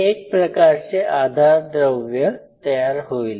हे एक प्रकारचे आधारद्रव्य तयार होईल